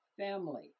family